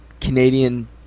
canadian